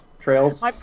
trails